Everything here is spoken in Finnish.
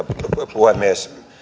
puhemies